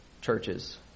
churches